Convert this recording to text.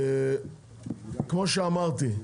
כמו שאמרתי,